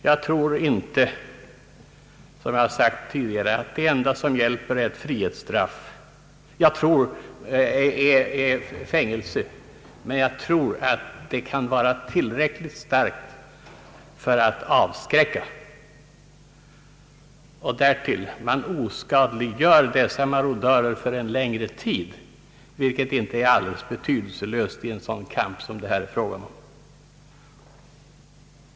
Jag tror inte, som jag tidigare sagt, att det enda som hjälper är ett frihets straff, men jag tror att ett fängelsestraff kan vara tillräckligt starkt för att avskräcka. Därtill oskadliggör man dessa marodörer för en längre tid, vilket inte är alldeles betydelselöst i en kamp som denna.